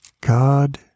God